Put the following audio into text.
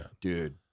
dude